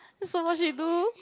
so what she do